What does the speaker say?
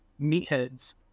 meatheads